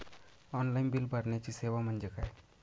Online bill भरण्याची सेवा म्हणजे काय?